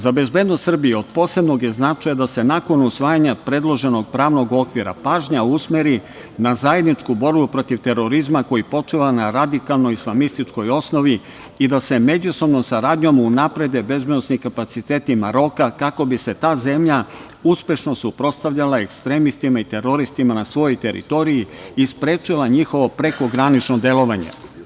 Za bezbednost Srbije od posebnog je značaja da se nakon usvajanja predloženog pravnog okvira pažnja usmeri na zajedničku borbu protiv terorizma koji počiva na radikalnoj islamističkoj osnovi i da se međusobnom saradnjom unaprede bezbednosni kapaciteti Maroka, kako bi se ta zemlja uspešno suprotstavljala ekstremistima i teroristima na svojoj teritoriji i sprečila njihovo prekogranično delovanje.